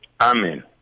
Amen